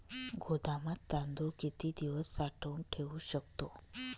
गोदामात तांदूळ किती दिवस साठवून ठेवू शकतो?